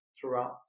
throughout